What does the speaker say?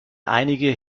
einige